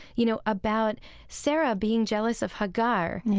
you know, about sarah being jealous of hagar, yes,